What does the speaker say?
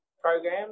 program